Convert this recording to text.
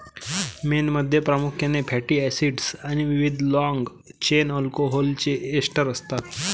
मेणमध्ये प्रामुख्याने fatty acids आणि विविध लाँग चेन अल्कोहोलचे एस्टर असतात